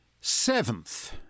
Seventh